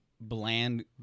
bland